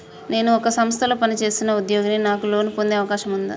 నేను ఒక సంస్థలో పనిచేస్తున్న ఉద్యోగిని నాకు లోను పొందే అవకాశం ఉందా?